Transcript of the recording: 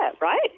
right